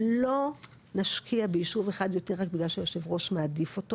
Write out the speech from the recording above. לא נשקיע ביישוב אחד יותר רק בגלל שיושב הראש מעדיף אותו